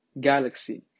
Galaxy